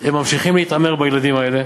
הם ממשיכים להתעמר בילדים האלה,